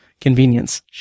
Convenience